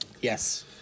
Yes